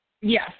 Yes